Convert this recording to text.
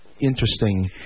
interesting